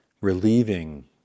relieving